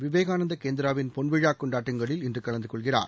விவேகானந்தா கேந்திராவின் பொன்விழா கொண்டாட்டங்களில் இன்று கலந்து கொள்கிறார்